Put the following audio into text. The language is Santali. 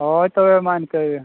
ᱦᱳᱭ ᱛᱚᱵᱮᱢᱟ ᱤᱱᱠᱟᱹ ᱜᱮ